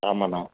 ஆமா அண்ணா